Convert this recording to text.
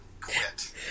Quit